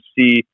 see